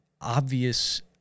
obvious